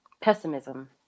pessimism